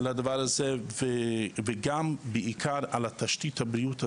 לדבר הזה, וגם בעיקר על תשתית הבריאות הציבורית,